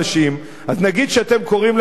אז נגיד שאתם קוראים להם "שודדים",